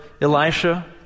Elisha